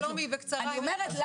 בקצרה, גם